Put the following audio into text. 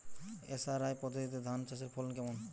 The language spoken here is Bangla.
এস.আর.আই পদ্ধতিতে ধান চাষের ফলন কেমন?